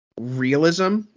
realism